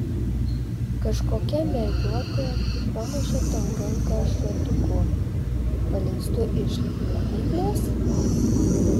kažkokia mergiotė pramušė tau ranką šratuku paleistu iš laidyklės